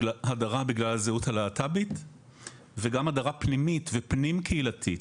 הדרה בגלל הזהות הלהט"בית וגם הדרה פנימית ופנים קהילתית.